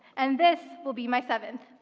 and this will be my seventh.